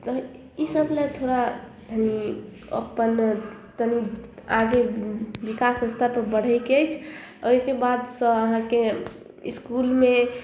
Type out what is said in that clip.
इसब लऽ थोड़ा अपन तनी आगे विकास स्तर पर बढ़ैके अछि ओहिके बाद सब अहाँके इसकूलमे